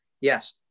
Yes